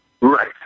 Right